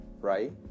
right